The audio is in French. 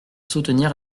soutenir